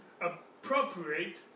appropriate